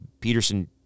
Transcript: Peterson